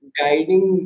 guiding